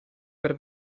per